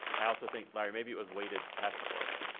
i also think larry maybe it was weighted test scores.